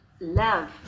love